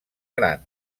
gran